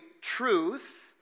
truth